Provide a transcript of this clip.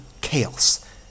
chaos